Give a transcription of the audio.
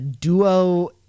duo